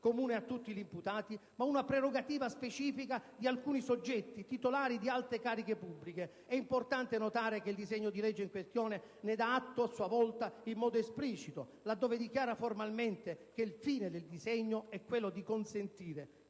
comune a tutti gli imputati, ma una prerogativa specifica di alcuni soggetti, titolari di alte cariche pubbliche. È importante notare che il disegno di legge in questione ne dà atto a sua volta in modo esplicito, là dove dichiara formalmente che il fine del disegno è quello di consentire